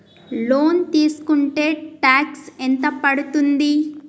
Loan తీస్కుంటే tax ఎంత పడ్తుంది?